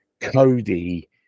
Cody